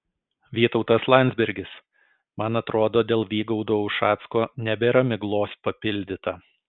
vytautas landsbergis man atrodo dėl vygaudo ušacko nebėra miglos papildyta